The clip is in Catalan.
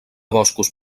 boscos